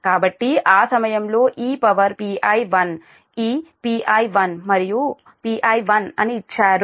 కాబట్టి ఆ సమయంలో ఈ పవర్ Pi 1 ఈ Pi 1 మరియు Pi 1 అని ఇచ్చారు